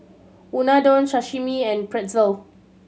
Unadon Sashimi and Pretzel